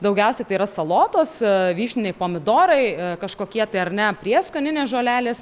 daugiausiai tai yra salotos ee vyšniniai pomidorai e kažkokie tai ar ne prieskoninės žolelės